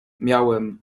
miałem